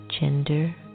gender